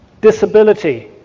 disability